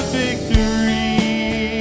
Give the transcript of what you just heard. victory